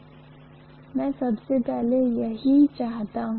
मैं सिर्फ μ को A और H को l से गुणा कर रहा हूं और मैं B x A flux और लिख रहा हूं